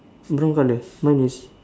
brown colour don't use